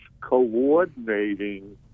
coordinating